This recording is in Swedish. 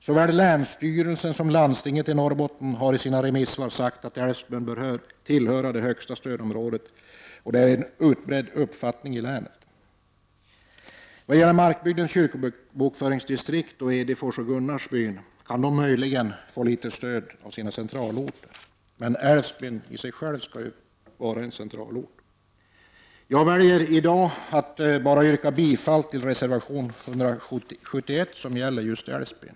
Såväl länsstyrelsen som landstinget i Norrbottens län har i sina remissvar sagt att Älvsbyn bör höra till stödområde 1, och det är en utbredd uppfattning i länet att det skall vara så. Markbygdens kyrkobokföringsdistrikt, Edefors och Gunnarsbyn kan möjligen få litet stöd av sina centralorter. Men Älvsbyn i sig skall ju vara centralort. I dag nöjer jag mig med att endast yrka bifall till reservation 171, som gäller just Älvsbyn.